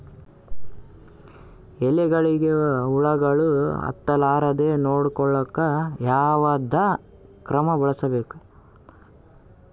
ಎಲೆಗಳಿಗ ಹುಳಾಗಳು ಹತಲಾರದೆ ನೊಡಕೊಳುಕ ಯಾವದ ಕ್ರಮ ಬಳಸಬೇಕು?